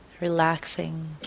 relaxing